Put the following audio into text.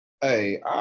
hey